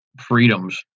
freedoms